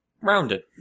Rounded